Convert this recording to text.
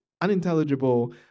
unintelligible